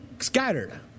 Scattered